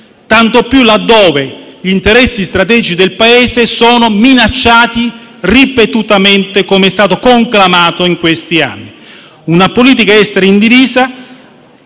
tanto più laddove gli interessi strategici del Paese sono minacciati ripetutamente, come è stato conclamato in questi anni. Nella politica estera condivisa